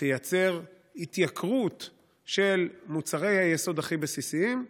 תייצר התייקרות של מוצרי היסוד הכי בסיסיים,